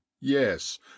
yes